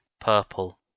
purple